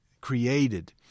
created